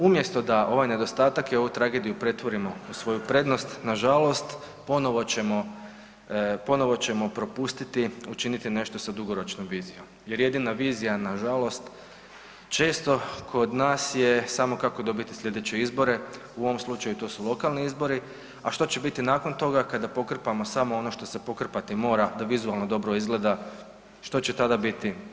Umjesto da ovaj nedostatak i ovu tragediju pretvorimo u svoju prednost, nažalost ponovo ćemo, ponovo ćemo propustiti učiniti nešto sa dugoročnom vizijom jer jedina vizija nažalost često kod nas je samo kako dobiti slijedeće izbore, u ovom slučaju to su lokalni izbori, a što će biti nakon toga kada pokrpamo samo ono što se pokrpati mora da vizualno dobro izgleda, što će tada biti, to ne znamo.